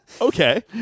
Okay